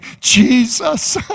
Jesus